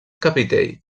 capitell